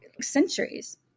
centuries